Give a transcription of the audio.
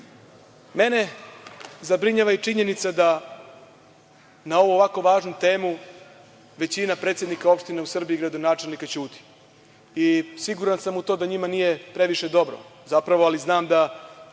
zabrinjava i činjenica da na ovako važnu temu većina predsednika opština u Srbiji i gradonačelnici ćute. Siguran sam u to da njima nije previše dobro, ali znam da